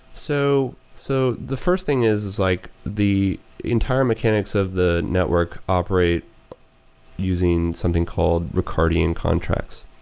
so so the first thing is like the entire mechanics of the network operate using something called ricardian contracts.